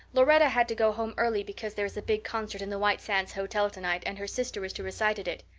lauretta had to go home early because there is a big concert in the white sands hotel tonight and her sister is to recite at it.